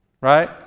right